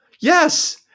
yes